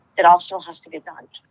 it also has to be done.